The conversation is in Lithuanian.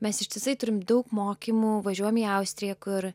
mes ištisai turime daug mokymų važiuojame į austriją kur